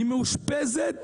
היא מאושפזת